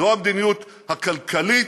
זו המדיניות הכלכלית,